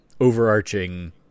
overarching